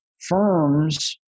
firms